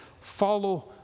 follow